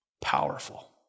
Powerful